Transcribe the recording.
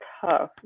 tough